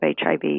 HIV